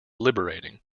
liberating